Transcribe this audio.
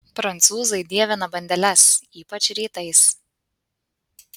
prancūzai dievina bandeles ypač rytais